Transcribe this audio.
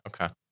Okay